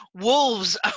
Wolves